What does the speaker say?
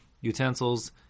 utensils